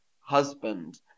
husband